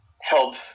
help